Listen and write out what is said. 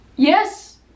Yes